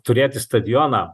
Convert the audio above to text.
turėti stadioną